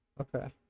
Okay